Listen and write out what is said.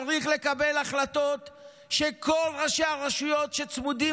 צריך לקבל החלטות כשכל ראשי הרשויות שצמודות